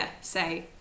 say